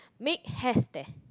make has hair stare